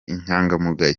inyangamugayo